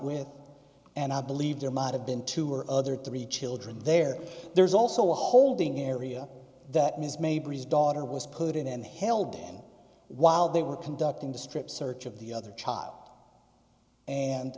with and i believe there might have been two or other three children there there's also a holding area that ms mayberry's daughter was put in and held down while they were conducting the strip search of the other child and